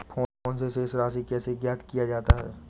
Phone से शेष राशि कैसे ज्ञात किया जाता है?